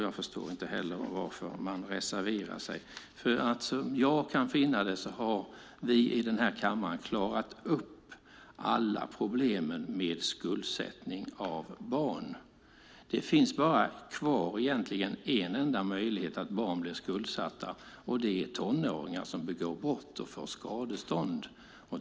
Jag förstår inte heller varför man reserverar sig. Som jag kan finna det har vi i den här kammaren klarat upp alla problem med skuldsättning av barn. Det finns egentligen bara en enda möjlighet kvar för barn att bli skuldsatta. Det är tonåringar som begår brott och får skadestånd.